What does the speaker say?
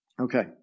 Okay